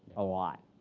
a lot.